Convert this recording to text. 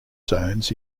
zones